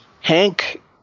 Hank